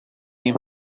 این